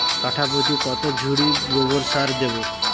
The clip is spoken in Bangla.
কাঠাপ্রতি কত ঝুড়ি গোবর সার দেবো?